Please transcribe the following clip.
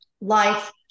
life